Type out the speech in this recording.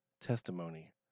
testimony